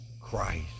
Christ